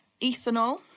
Ethanol